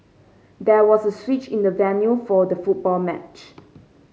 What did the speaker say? there was a switch in the venue for the football match